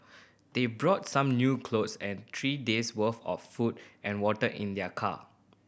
they brought some new clothes and three days' worth of food and water in their car